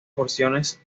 porciones